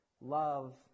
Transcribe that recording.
Love